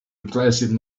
replacing